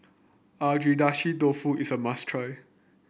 Agedashi Dofu is a must try